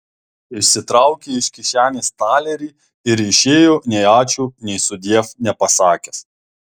išsitraukė iš kišenės talerį ir išėjo nei ačiū nei sudiev nepasakęs